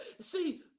See